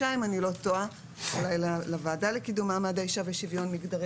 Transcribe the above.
או אולי לוועדה לקידום מעמד האישה ושוויון מגדרי.